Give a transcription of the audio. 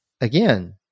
Again